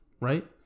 right